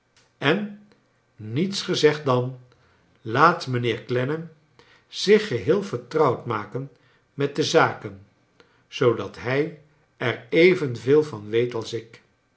en niets gezegd dan laat mijnheer clennam zich geheel vertrouwd maken met de zaken zoodat hij er evenveel van weet als ik